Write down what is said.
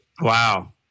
Wow